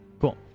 Cool